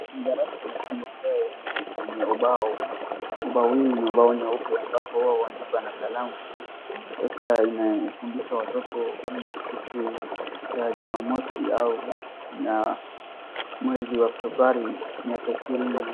Darasa la shule ambao ni kwenye ubao, ubao hii ni ubao nyeupe ambao huandikwa na kalamu, sasa inafundisha watoto hii ni siku ya Jumamosi au na mwezi wa Oktobari mwaka ishirini na.